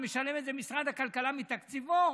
משלם את זה משרד הכלכלה מתקציבו,